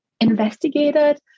investigated